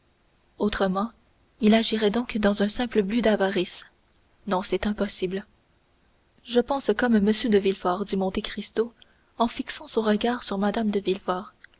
autrement il agirait donc dans un simple but d'avarice non c'est impossible je pense comme m de villefort dit monte cristo en fixant son regard sur mme de